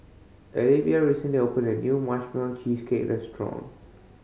Alivia recently open a new cheesecake restaurant